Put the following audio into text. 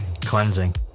Cleansing